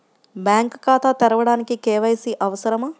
Bank ఖాతా తెరవడానికి KYC అవసరమా?